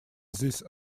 this